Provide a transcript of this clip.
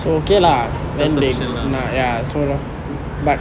self sufficient lah